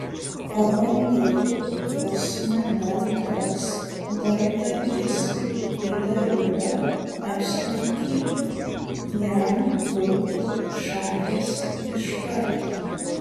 pabandytų pas mane toks darbdavys pydariūga apsilankyt jam būtų šakės iškart